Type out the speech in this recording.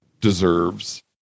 deserves